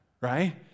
right